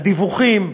הדיווחים,